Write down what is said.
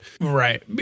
Right